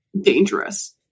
dangerous